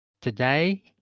today